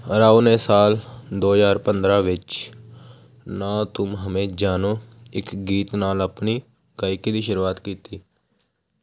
ਰਾਓ ਨੇ ਸਾਲ ਦੋ ਹਜ਼ਾਰ ਪੰਦਰਾਂ ਵਿੱਚ ਨਾ ਤੁਮ ਹਮੇ ਜਾਨੋ ਇੱਕ ਗੀਤ ਨਾਲ ਆਪਣੀ ਗਾਇਕੀ ਦੀ ਸ਼ੁਰੂਆਤ ਕੀਤੀ